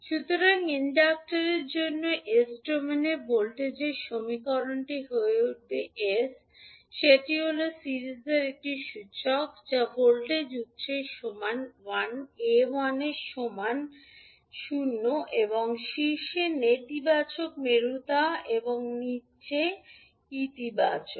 সুতরাং ইন্ডাক্টরের জন্য s ডোমেনে ভোল্টেজের সমীকরণটি হয়ে উঠবে s সেটি হল সিরিজের একটি সূচক যা ভোল্টেজ উত্সের সমান l এ l এর সমান 0 এবং শীর্ষে নেতিবাচক মেরুতা এবং নীচে ইতিবাচক